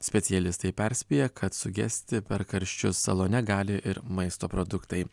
specialistai perspėja kad sugesti per karščius salone gali ir maisto produktai